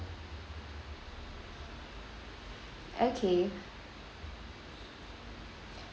okay